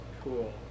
Cool